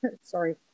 sorry